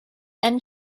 and